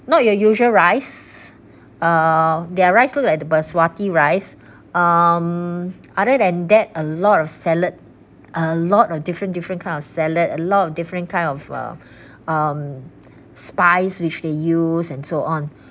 not your usual rice uh their rice look like the basmati rice um other than that a lot of salad a lot of different different kind of salad a lot of different kind of uh um spice which they used and so on